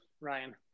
Ryan